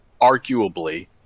arguably